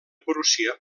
prússia